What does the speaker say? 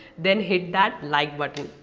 then hit that like button.